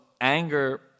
anger